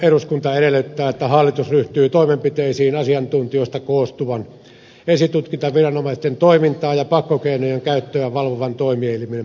eduskunta edellyttää että hallitus ryhtyy toimenpiteisiin asiantuntijoista koostuvan esitutkintaviranomaisten toimintaa ja pakkokeinojen käyttöä valvovan toimielimen perustamiseksi